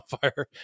fire